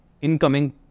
incoming